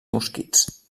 mosquits